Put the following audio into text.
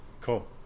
cool